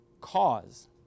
cause